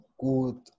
good